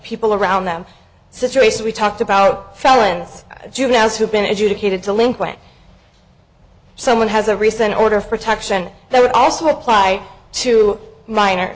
people around them situation we talked about felons juveniles who've been adjudicated delinquent someone has a recent order of protection that would also apply to minor